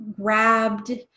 grabbed